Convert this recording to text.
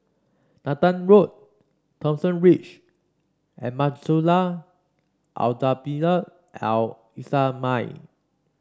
Nathan Road Thomson Ridge and Madrasah Al Tahzibiah Al Islamiah